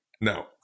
No